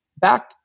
back